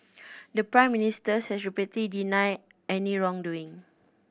the Prime Minister has repeatedly denied any wrongdoing